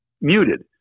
muted